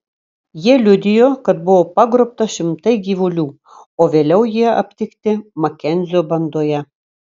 jie liudijo kad buvo pagrobta šimtai gyvulių o vėliau jie aptikti makenzio bandoje